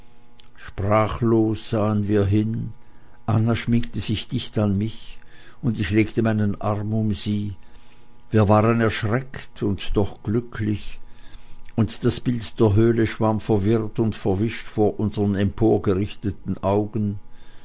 sprachlos sahen wir hin anna schmiegte sich dicht an mich und ich legte meinen arm um sie wir waren erschreckt und doch glücklich und das bild der höhle schwamm verwirrt und verwischt vor unseren emporgerichteten augen